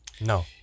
No